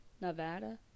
Nevada